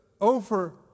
over